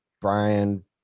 Brian